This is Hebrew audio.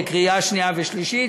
בקריאה שנייה ושלישית,